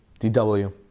DW